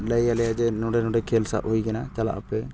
ᱞᱟᱭᱟᱞᱮᱭᱟ ᱡᱮ ᱱᱚᱰᱮ ᱠᱷᱮᱞ ᱥᱟᱵ ᱦᱩᱭ ᱠᱟᱱᱟ ᱪᱟᱞᱟᱜ ᱟᱯᱮ